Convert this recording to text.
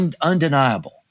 undeniable